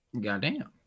Goddamn